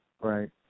Right